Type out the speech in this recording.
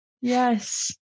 Yes